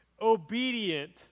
obedient